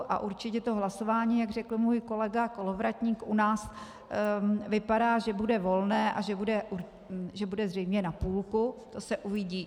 A určitě to hlasování, jak řekl můj kolega Kolovratník, u nás vypadá, že bude volné a že bude zřejmě na půlku, to se uvidí.